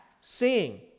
seeing